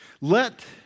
Let